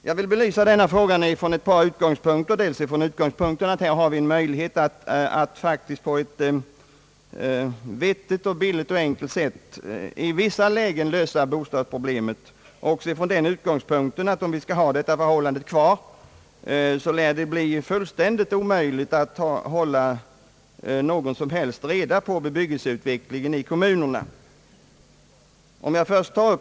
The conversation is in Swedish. Jag vill belysa denna fråga från två utgångspunkter, dels den faktiska möjlighet som här finns att på ett vettigt, billigt och enkelt sätt i vissa lägen lösa bostadsproblemet, dels det faktum att om de nuvarande förhållandena består lär det bli fullständigt omöjligt att hålla reda på bebyggelseutvecklingen i kommunerna.